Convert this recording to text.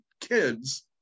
kids